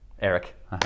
Eric